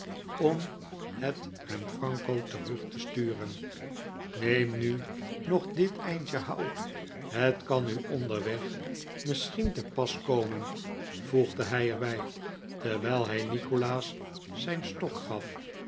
om het hem franco terug te sturen neem nu nog dit eindje hout het kan u onderweg misschien te pas komen voegde hij er bij terwijl hij nikolaas zijn stok gaf